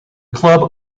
club